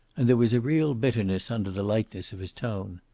and there was a real bitterness under the lightness of his tone.